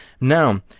Now